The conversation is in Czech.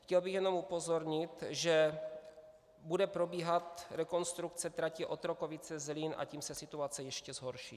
Chtěl bych jenom upozornit, že bude probíhat rekonstrukce trati Otrokovice Zlín, a tím se situace ještě zhorší.